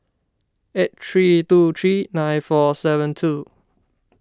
eight three two three nine four seven two